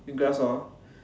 then grass lor